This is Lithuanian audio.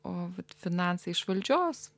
o finansai iš valdžios